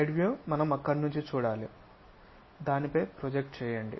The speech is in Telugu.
సైడ్ వ్యూ మనం అక్కడి నుండి చూడాలి దానిపై ప్రొజెక్ట్ చేయండి